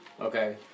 Okay